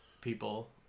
people